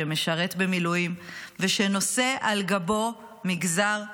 שמשרת במילואים ושנושא על גבו מגזר שלם.